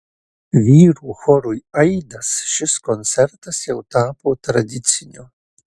vyrų chorui aidas šis koncertas jau tapo tradiciniu